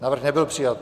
Návrh nebyl přijat.